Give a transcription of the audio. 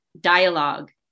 dialogue